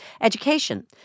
Education